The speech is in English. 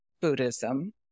buddhism